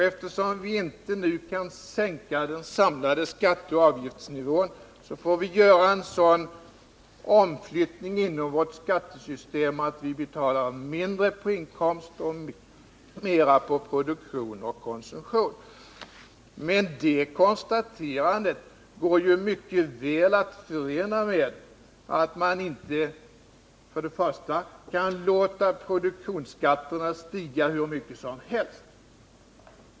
Eftersom vi inte nu kan sänka den samlade skatteoch avgiftsnivån får vi göra en sådan omflyttning inom vårt skattesystem, att vi betalar mindre på inkomster och mer på produktion och konsumtion. Men det konstaterandet går mycket väl att förena med påståendet att man inte kan låta produktionsskatterna stiga hur mycket som helst.